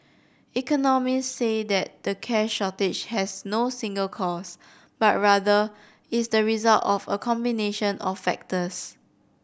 economists say that the cash shortage has no single cause but rather is the result of a combination of factors